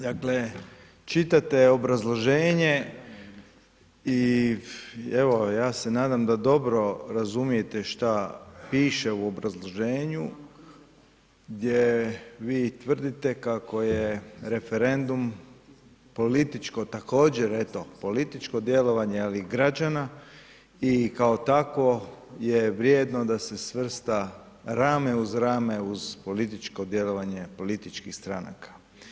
Dakle čitate obrazloženje i evo, ja se nadam da dobro razumijete šta piše u obrazloženju gdje vi tvrdite kako je referendum političko također, eto političko djelovanje ali i građana i kao takvo je vrijedno da se svrsta rame uz rame uz političko djelovanje političkih stranaka.